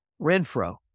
Renfro